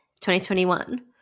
2021